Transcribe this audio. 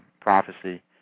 prophecy